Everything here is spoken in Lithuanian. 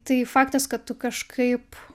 tai faktas kad tu kažkaip